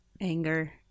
anger